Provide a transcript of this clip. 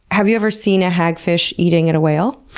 have you ever seen a hagfish eating and a whale?